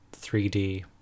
3D